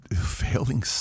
failing